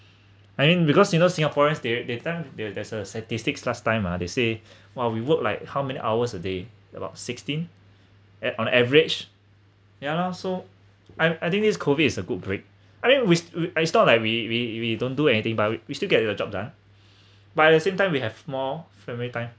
I mean because you know singaporeans they that time there there's a statistics last time uh they say !wah! we work like how many hours a day about sixteen at on average ya loh so I I think this COVID is a good break I mean we we it's not like we we we don't do anything but we still get to your job done but at the same time we have more family time